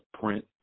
print